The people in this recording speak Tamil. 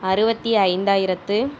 அறுவத்து ஐந்தாயிரத்து